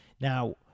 Now